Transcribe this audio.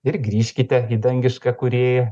ir grįžkite į dangišką kūrėją